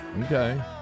Okay